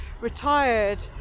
retired